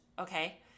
okay